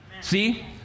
See